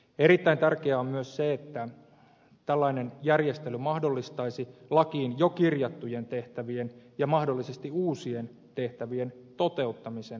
erittäin tärkeää on myös se että tällainen järjestely mahdollistaisi lakiin jo kirjattujen tehtävien ja mahdollisesti uusien tehtävien toteuttamisen käytännössä